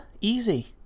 easy